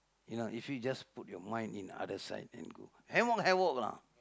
you know if we just put your mind in other side and go havoc havoc lah